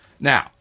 Now